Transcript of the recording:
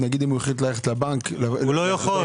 הוא לא יכול.